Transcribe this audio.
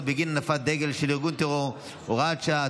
בגין הנפת דגל של ארגון טרור) (הוראת שעה),